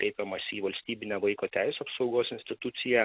kreipiamasi į valstybinę vaiko teisių apsaugos instituciją